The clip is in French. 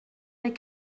les